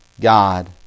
God